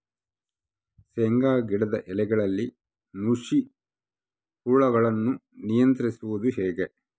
ಶೇಂಗಾ ಗಿಡದ ಎಲೆಗಳಲ್ಲಿ ನುಷಿ ಹುಳುಗಳನ್ನು ನಿಯಂತ್ರಿಸುವುದು ಹೇಗೆ?